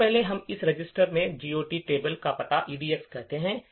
सबसे पहले हम इस रजिस्टर में GOT टेबल का पता EDX कहते हैं